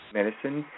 Medicine